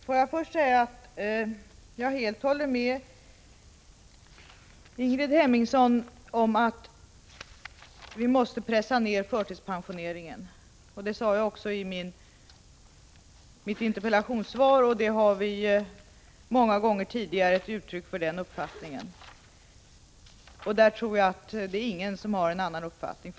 Herr talman! Jag håller helt med Ingrid Hemmingsson om att vi måste pressa ned förtidspensioneringen. Det sade jag också i mitt interpellationssvar, och denna uppfattning har vi gett uttryck för många gånger tidigare. Jag tror inte att någon har en annan åsikt på denna punkt.